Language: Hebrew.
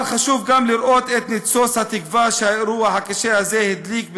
אבל חשוב גם לראות את ניצוץ התקווה שהאירוע הקשה הזה הדליק,